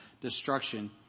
destruction